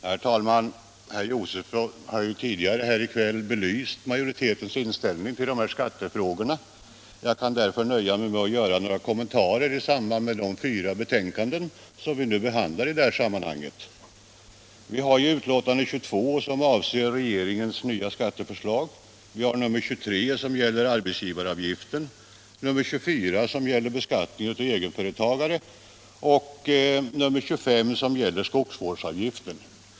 Herr talman! Herr Josefson har tidigare i kväll belyst majoritetens inställning till dessa skattefrågor. Jag kan därför nöja mig med att göra några kommentarer till de fyra betänkanden som vi nu behandlar. Betänkande nr 22 avser regeringens nya skatteförslag, nr 23 gäller arbetsgivaravgiften, nr 24 gäller beskattningen av egenföretagare och nr 25 gäller skogsvårdsavgiften.